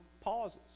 pauses